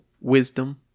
Wisdom